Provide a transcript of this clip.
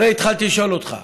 הרי התחלתי לשאול אותך,